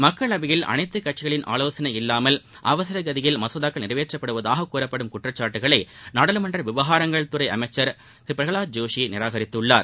மக்களவையில் அனைத்து கட்சிகளின் ஆலோசனை இல்லாமல் அவசரகதியில் மசோதாக்கள் நிறைவேற்றப்படுவதாகக் கூறப்படும் குற்றச்சாட்டுக்களை நாடாளுமன்ற விவகாரங்கள் துறை அமைச்சர் திரு பிரகலாத் ஜோஷி நிராகரித்துள்ளார்